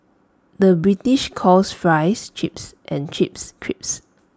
the British calls Fries Chips and Chips Crisps